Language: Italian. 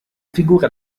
figura